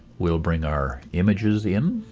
we'll bring our images in,